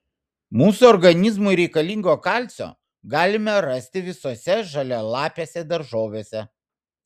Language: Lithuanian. mūsų organizmui reikalingo kalcio galime rasti visose žalialapėse daržovėse